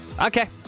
Okay